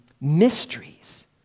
mysteries